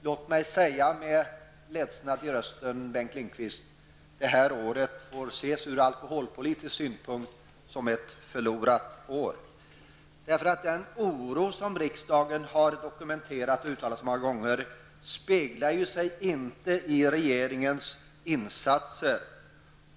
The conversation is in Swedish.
Låt mig säga med ledsnad i rösten, Bengt Lindqvist, att detta år får ses ur alkoholpolitisk synpunkt som ett förlorat år. Den oro som riksdagen har dokumenterat och uttalat så många gånger återspeglas inte i regeringens insatser.